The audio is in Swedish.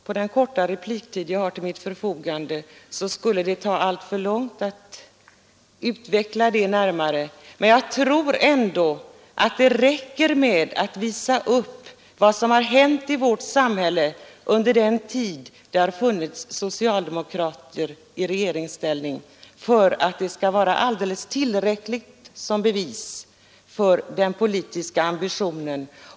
På den korta repliktid jag har till mitt förfogande kan jag inte närmare utveckla frågan om den politiska ambitionen. Men jag vet att det som hänt i vårt samhälle under den tid då socialdemokraterna varit i regeringsställning är alldeles tillräckliga bevis för den politiska ambitionen.